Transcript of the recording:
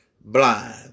blind